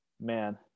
Man